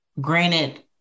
granted